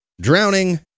drowning